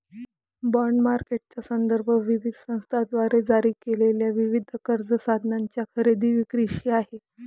bond मार्केटचा संदर्भ विविध संस्थांद्वारे जारी केलेल्या विविध कर्ज साधनांच्या खरेदी विक्रीशी आहे